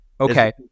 Okay